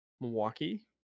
Milwaukee